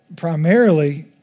Primarily